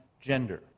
gender